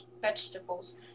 vegetables